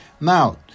Now